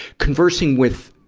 conversing with,